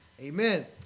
Amen